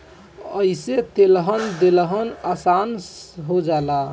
अइसे लेहल देहल आसन हो जाला